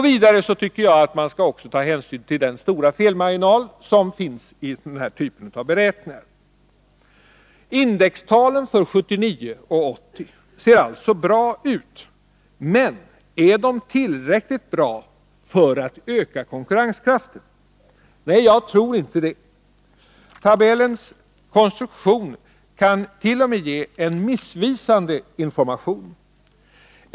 Vidare tycker jag att man skall ta hänsyn till den stora felmarginal som finns i den här typen av beräkningar. Indextalen för 1979 och 1980 ser alltså bra ut. Men är de tillräckligt bra för att öka konkurrenskraften? Nej, jag tror inte det. Tabellens konstruktion kan t.o.m. ge en missvisande information.